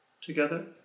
together